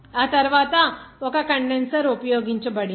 ఆ తరువాత ఒక కండెన్సర్ ఉపయోగించబడింది